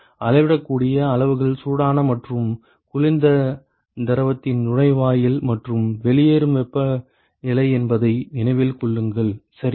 அளவிடக்கூடிய அளவுகள் சூடான மற்றும் குளிர்ந்த திரவத்தின் நுழைவாயில் மற்றும் வெளியேறும் வெப்பநிலை என்பதை நினைவில் கொள்ளுங்கள் சரியா